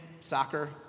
soccer